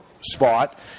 spot